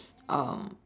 um